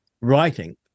writing